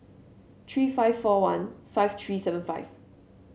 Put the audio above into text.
three five four one five three seven five